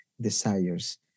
desires